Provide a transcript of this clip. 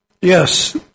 Yes